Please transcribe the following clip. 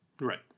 Right